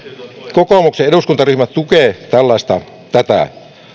kokoomuksen eduskuntaryhmä tukee tätä